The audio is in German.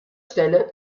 stelle